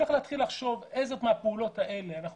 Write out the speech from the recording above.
צריך להתחיל לחשוב אלו מהפעולות המתוארות אנחנו